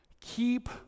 Keep